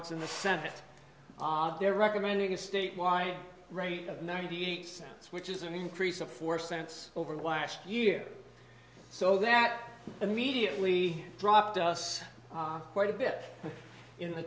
it's in the senate they're recommending a statewide rate of ninety eight cents which is an increase of four cents over the last year so that immediately dropped us quite a bit in the